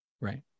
right